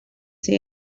say